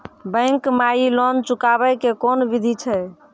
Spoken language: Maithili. बैंक माई लोन चुकाबे के कोन बिधि छै?